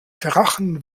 drachen